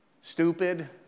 stupid